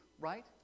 right